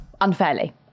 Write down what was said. Unfairly